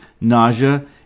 nausea